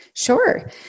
Sure